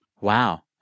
Wow